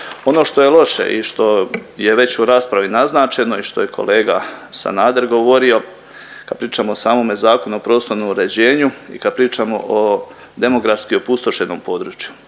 Ono što je loše i što je već u raspravi naznačeno i što je kolega Sanader govorio, kad pričamo o samome zakonu o prostornom uređenju i kad pričamo o demografski opustošenom području.